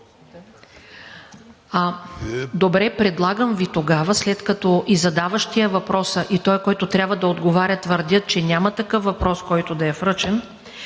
Добре, предлагам Ви тогава, след като и задаващият въпроса, и този, който трябва да отговаря, твърдят, че няма такъв въпрос, който да е връчен,